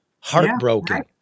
heartbroken